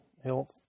Health